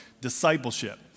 discipleship